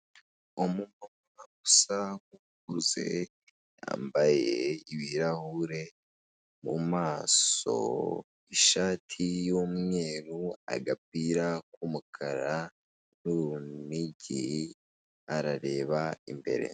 Umumama usa nkukuze yambaye ibirahure mu maso, ishati y'umweru, agapira k'umukara n'urunigi arareba imbere.